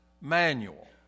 manual